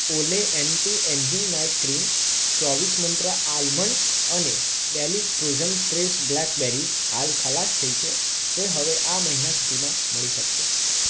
ઓલે anti ageing night cream ચોવીસ Mantra almonds અને ડેલીશ ફ્રોઝન ફ્રેશ બ્લેકબેરીઝ હાલ ખલાસ થઈ છે તે હવે આ મહિના સુધીમાં મળી શકાશે